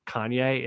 Kanye